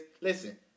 listen